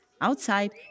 Outside